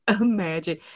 imagine